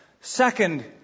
Second